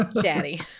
daddy